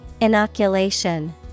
Inoculation